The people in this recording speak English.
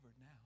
now